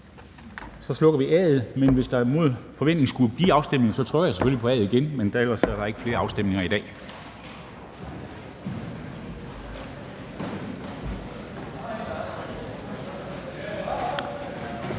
Så slukker vi A'et, men hvis der mod forventning skulle blive afstemninger, trykker jeg selvfølgelig på A'et igen. Men ellers er der ikke flere afstemninger i dag.